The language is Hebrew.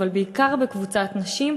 אבל בקבוצת נשים,